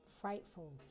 frightful